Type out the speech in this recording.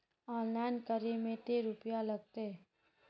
Online करे में ते रुपया लगते?